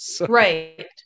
Right